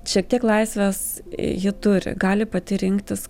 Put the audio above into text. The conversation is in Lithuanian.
šiek tiek laisvės ji turi gali pati rinktis